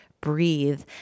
breathe